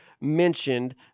mentioned